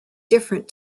different